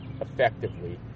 effectively